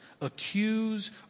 accuse